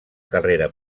carrera